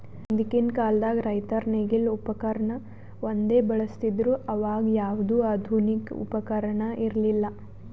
ಹಿಂದಕ್ಕಿನ್ ಕಾಲದಾಗ್ ರೈತರ್ ನೇಗಿಲ್ ಉಪಕರ್ಣ ಒಂದೇ ಬಳಸ್ತಿದ್ರು ಅವಾಗ ಯಾವ್ದು ಆಧುನಿಕ್ ಉಪಕರ್ಣ ಇರ್ಲಿಲ್ಲಾ